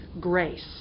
grace